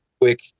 quick